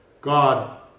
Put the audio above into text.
God